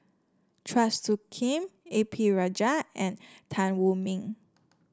Chua Soo Khim A P Rajah and Tan Wu Meng